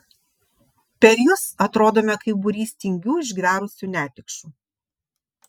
per jus atrodome kaip būrys tingių išgverusių netikšų